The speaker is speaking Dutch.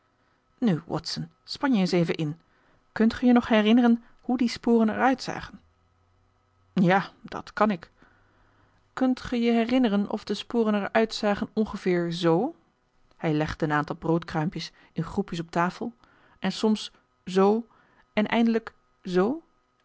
nu watson span je eens even in kunt ge je nog herinneren hoe die sporen er uitzagen ja dat kan ik kunt ge je herinneren of de sporen er uitzagen ongeveer zoo hij legde een aantal broodkruimpjes in groepjes op tafel en soms en eindelijk